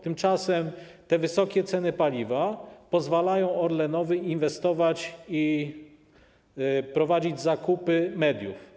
Tymczasem te wysokie ceny paliwa pozwalają Orlenowi inwestować w media i prowadzić zakupy mediów.